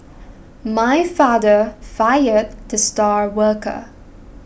my father fired the star worker